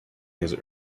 his